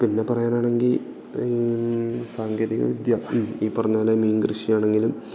പിന്നെ പറയാനാണെങ്കിൽ സാങ്കേതികവിദ്യ ഈ പറഞ്ഞപോലെ മീൻകൃഷിയാണെങ്കിലും